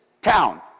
town